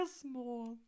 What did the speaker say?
small